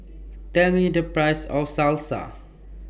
Tell Me The Price of Salsa